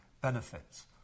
benefits